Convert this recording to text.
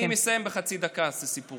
אני מסיים בחצי דקה את הסיפור הזה.